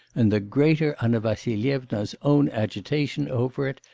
and the greater anna vassilyevna's own agitation over it,